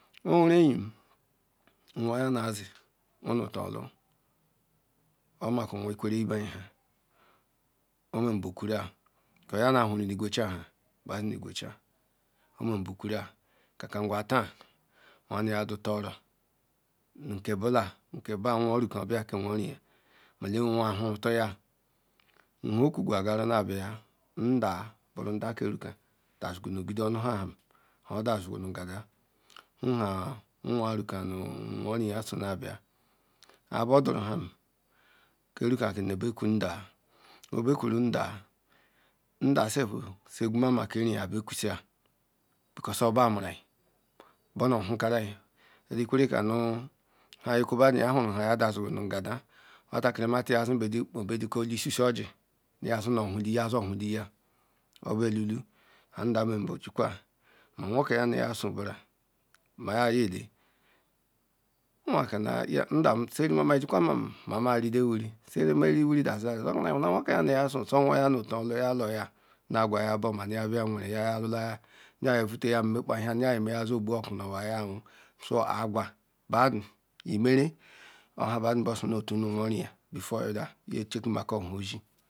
oweru eyim nwoya na zi ono ta ohu obameko nwo ikweru ibea ha nomara bu kwara yanuya huru nu igwea oba hae ba zz nu igwe weha nha omeni kwura ka ta ma awiya nu ya duta oro na ke bale no ke nwo ruka obala nkehoiriya ma zleweawai hurutu ya kea okuenga na bia nda nda ke ruka dazi nu ogodo onuha nha oda ziga nu ngade nwua reke mu mwo nya so na bia ma cbordurum hem ki nika zi be bekwu nda ko bikweru nda nda eegwura ma ka nyeri bekwusie because obamuram onohu kariam ikwerre ka nu nha nyi okibedu huru nha da zi nu ngada wotara bedikwa isisi orji nu womati zorhu liyah orbu ehu ohu ha nda meru bu jikwa ma nwoke yanuys su mayabuyele nwo kanu ndam seru merma okwalem ma ma rile wirri dazuru ah nda meru kara ihura nwoke yanuya so ya lula o buya notu oha ya lala nu ogwa ya buoma nuya bala nwere ya lula ya nu ya ye vute ya nmekpe hie nu ga niye meya zobuokwa nu owaya so aghaa bedu nu inere onnha bedu nyebe sor no tu nu nworiya beter ilu nye cheuknako hha ozie